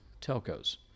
telcos